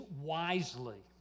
wisely